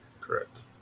Correct